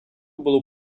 було